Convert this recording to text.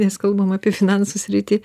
nes kalbam apie finansų sritį